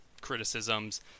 criticisms